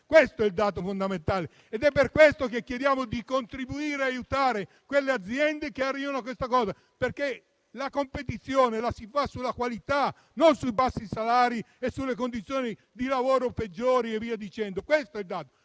Questo è il dato fondamentale ed è per questo che chiediamo di contribuire e di aiutare le aziende che arrivano a questo, perché la competizione si fa sulla qualità, non sui bassi salari e sulle condizioni di lavoro peggiori. La discussione che